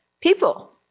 people